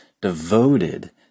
devoted